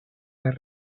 las